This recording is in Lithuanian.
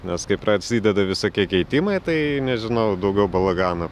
nes kai prasideda visokie keitimai tai nežinau daugiau balagano